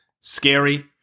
scary